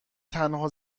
تنها